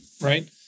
right